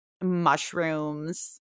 mushrooms